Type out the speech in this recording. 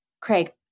Craig